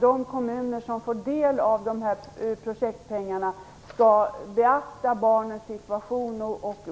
De kommuner som får del av projektpengarna skall beakta barnens situation och